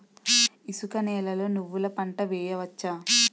ఇసుక నేలలో నువ్వుల పంట వేయవచ్చా?